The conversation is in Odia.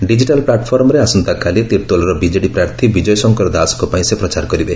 ଡିଜିଟାଲ ପ୍ଲାଟଫର୍ମରେ ଆସନ୍ତକାଲି ତିର୍ତୋଲର ବିଜେଡି ପ୍ରାର୍ଥୀ ବିଜୟ ଶଙ୍କର ଦାସଙ୍କ ପାଇଁ ସେ ପ୍ରଚାର କରିବେ